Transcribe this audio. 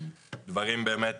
דברים באמת